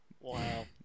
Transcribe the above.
Wow